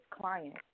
client